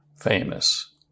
famous